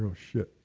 ah shit.